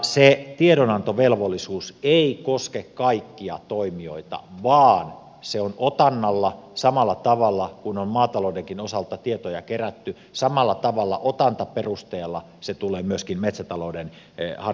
se tiedonantovelvollisuus ei koske kaikkia toimijoita vaan samalla tavalla otantaperusteella kuin on maataloudenkin osalta tietoja kerätty se tulee myöskin metsätaloudenharjoittajien osalle